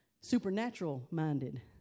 supernatural-minded